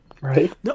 Right